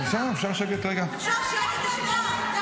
אפשר שקט רגע?